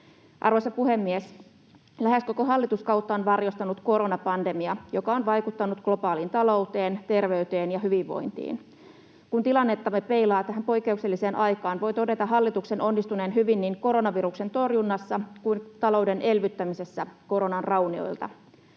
Arvoisa puhemies! Lähes koko hallituskautta on varjostanut koronapandemia, joka on vaikuttanut globaaliin talouteen, terveyteen ja hyvinvointiin. Kun tilannettamme peilaa tähän poikkeukselliseen aikaan, voi todeta hallituksen onnistuneen hyvin niin koronaviruksen torjunnassa kuin talouden elvyttämisessä koronan raunioilta.